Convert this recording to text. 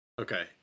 okay